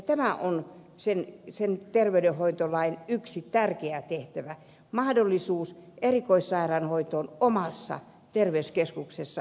tämä on sen terveydenhoitolain yksi tärkeä tehtävä mahdollisuus erikoissairaanhoitoon omassa terveyskeskuksessa